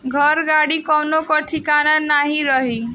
घर, गाड़ी कवनो कअ ठिकान नाइ रही